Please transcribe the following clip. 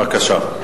בבקשה.